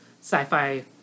sci-fi